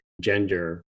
gender